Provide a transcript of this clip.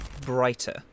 brighter